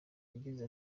yagize